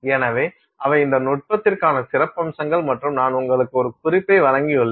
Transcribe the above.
எனவே அவை இந்த நுட்பத்திற்கான சிறப்பம்சங்கள் மற்றும் நான் உங்களுக்கு ஒரு குறிப்பை வழங்கியுள்ளேன்